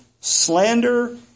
slander